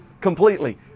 completely